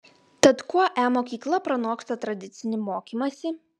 tad kuo e mokykla pranoksta tradicinį mokymąsi